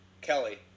Kelly